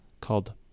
called